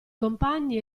compagni